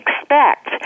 expect